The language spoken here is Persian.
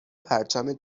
پرچم